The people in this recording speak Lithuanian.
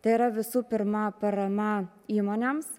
tai yra visų pirma parama įmonėms